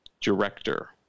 director